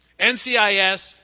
NCIS